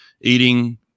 eating